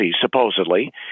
supposedly